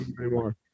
anymore